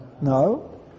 no